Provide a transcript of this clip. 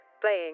playing